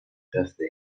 birthday